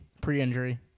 pre-injury